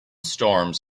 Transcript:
storms